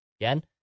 Again